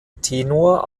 tenor